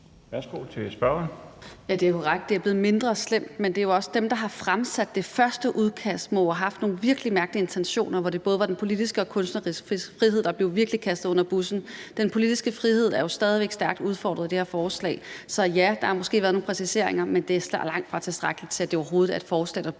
Værsgo til spørgeren.